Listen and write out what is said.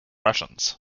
russians